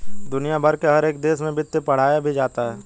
दुनिया भर के हर एक देश में वित्त पढ़ाया भी जाता है